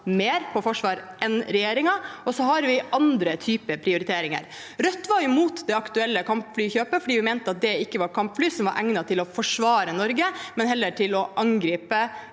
mer på forsvar enn regjeringen. Så har vi andre prioriteringer. Rødt var imot det aktuelle kampflykjøpet fordi vi mente det ikke var kampfly som var egnet til å forsvare Norge, men heller til å angripe